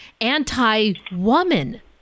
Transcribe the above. anti-woman